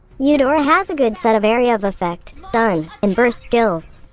eudora has a good set of area-of-effect, stun, and burst skills.